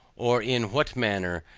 or in what manner,